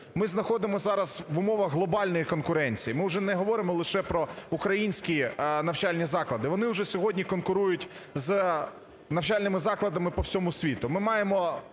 ми знаходимося зараз в умовах глобальної конкуренції, ми вже не говоримо лише про українські навчальні заклади. Вони вже сьогодні конкурують з навчальними закладами по всьому світу.